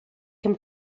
can